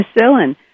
penicillin